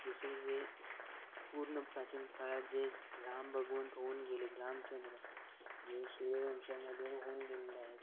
दुसरं जे पूर्ण प्राचीन काळात जे राम भगवंत होऊन गेलेत रामचंद्र जे सूर्यवंशामध्ये होऊन गेलेले आहेत